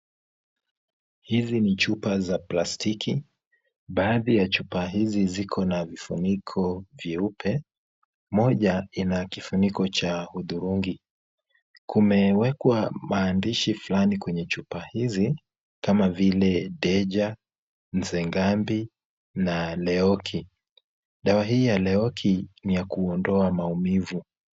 Hizi ni chupa za plastiki. Baadhi ya chupa hizi ziko na vifuniko vyeupe. Moja ina kifuniko cha hudhurungi. Kumewekwa maandishi fulani kwenye chupa hizi, kama vile; Ndeja, Nzengambi na Leoki. Dawa hii ya Leoki, ni ya kuondoa maumivu.